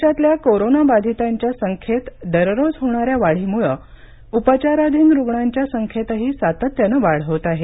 देशातल्या कोरोनाबाधितांच्या संख्येत दररोज होणाऱ्या वाढीमुळे उपचाराधीन रुग्णांच्या संख्येतही सातत्यानं वाढ होत आहे